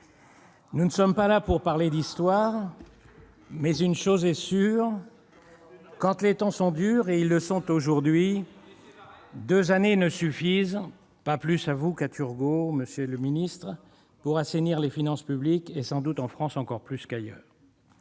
Nous ne sommes pas là pour parler d'histoire, mais une chose est sûre : quand les temps sont durs, et ils le sont aujourd'hui, deux années ne suffisent pas plus à vous, messieurs les ministres, qu'à Turgot pour assainir les finances publiques, et sans doute en France plus encore qu'ailleurs.